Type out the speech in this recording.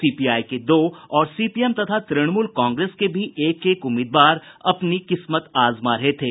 CPI के दो और सीपीएम तथा तृणमूल कांग्रेस के भी एक एक उम्मीदवार अपनी किस्मत आजमा रहे थे